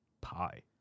PI